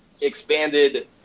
expanded